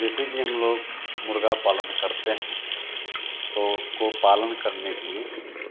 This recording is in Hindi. जैसे कि हम लोग मुर्गा पालन करते हैं तो उसको पालन करने के लिए